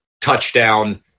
touchdown